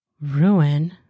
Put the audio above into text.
Ruin